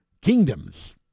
kingdoms